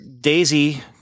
Daisy